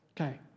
Okay